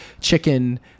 chicken